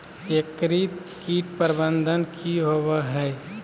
एकीकृत कीट प्रबंधन की होवय हैय?